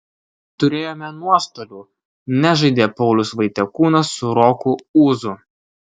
turėjome nuostolių nežaidė paulius vaitiekūnas su roku ūzu